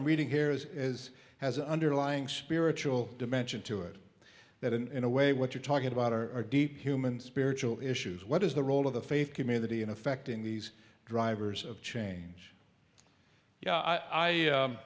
i'm reading here is as has an underlying spiritual dimension to it that in a way what you're talking about are deep human spiritual issues what is the role of the faith community in affecting these drivers of change yeah